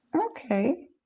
Okay